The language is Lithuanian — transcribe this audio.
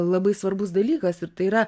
labai svarbus dalykas ir tai yra